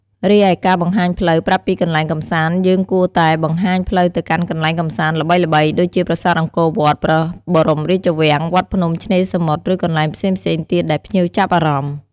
រីឯការបង្ហាញផ្លូវ ប្រាប់ពីកន្លែងកម្សាន្តយើងគួរតែបង្ហាញផ្លូវទៅកាន់កន្លែងកម្សាន្តល្បីៗ ដូចជាប្រាសាទអង្គរវត្ត ព្រះបរមរាជវាំង វត្តភ្នំ ឆ្នេរសមុទ្រ ឬកន្លែងផ្សេងៗទៀតដែលភ្ញៀវចាប់អារម្មណ៍។